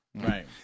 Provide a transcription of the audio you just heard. Right